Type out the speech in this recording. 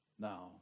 now